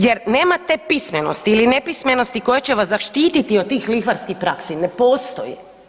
Jer nema te pismenosti ili nepismenosti koja će vas zaštititi od tih lihvarskih praksi, ne postoji.